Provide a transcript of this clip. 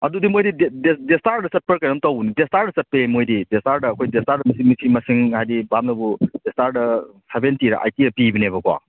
ꯑꯗꯨꯗꯤ ꯃꯣꯏꯗꯤ ꯗꯦꯁꯇꯥꯔꯗ ꯆꯠꯄ꯭ꯔꯥ ꯀꯩꯅꯣꯝ ꯇꯧꯕꯅꯤ ꯗꯦꯁꯇꯥꯔꯗ ꯆꯠꯄꯅꯦ ꯃꯣꯏꯗꯤ ꯗꯦꯁꯇꯥꯔꯗ ꯑꯩꯈꯣꯏ ꯗꯦꯁꯇꯥꯔꯗ ꯑꯩꯈꯣꯏ ꯃꯁꯤꯡ ꯃꯁꯤꯡ ꯍꯥꯏꯗꯤ ꯕꯥꯞꯅꯕꯨ ꯗꯦꯁꯇꯥꯔꯗ ꯁꯕꯦꯟꯇꯤꯔꯥ ꯑꯥꯏꯠꯇꯤꯔꯥ ꯄꯤꯕꯅꯦꯕꯀꯣ